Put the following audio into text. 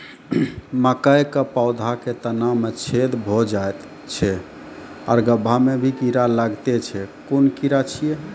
मकयक पौधा के तना मे छेद भो जायत छै आर गभ्भा मे भी कीड़ा लागतै छै कून कीड़ा छियै?